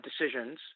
decisions